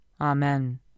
Amen